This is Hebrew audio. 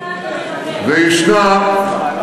על איזו מדינה אתה מדבר?